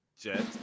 jet